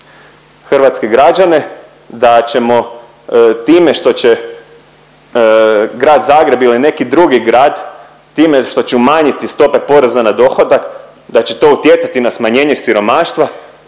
hrvatske građane da ćemo time što će Grad Zagreb ili neki drugi grad time što će umanjiti stope poreza na dohodak da će to utjecati na smanjenje siromaštva.